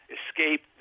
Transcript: escape